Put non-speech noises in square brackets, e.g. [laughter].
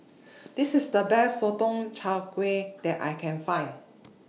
[noise] This IS The Best Sotong Char Kway that I Can found